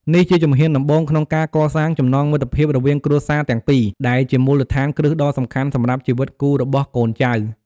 នេះជាជំហានដំបូងក្នុងការកសាង ចំណងមិត្តភាពរវាងគ្រួសារទាំងពីរ ដែលជាមូលដ្ឋានគ្រឹះដ៏សំខាន់សម្រាប់ជីវិតគូរបស់កូនចៅ។